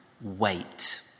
wait